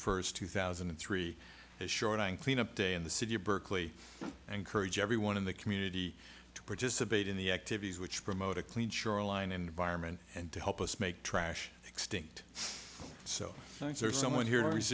first two thousand and three as short and clean up day in the city of berkeley and courage everyone in the community to participate in the activities which promote a clean shoreline environment and to help us make trash extinct so